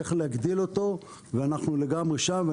צריך להגדיל אותו ואנחנו לגמרי שם.